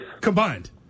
Combined